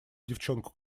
девчонку